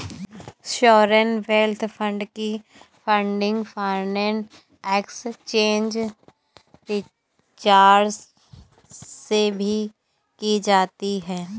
sovereign wealth fund की funding foreign exchange reserves से भी की जाती है